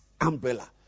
umbrella